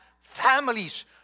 families